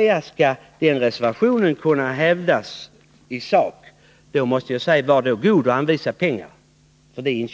i sak skall kunna hävda att förslaget i reservationen bör genomföras, var då god och anvisa pengar för inköp av mark!